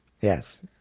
Yes